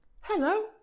Hello